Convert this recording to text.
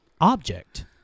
object